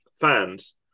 fans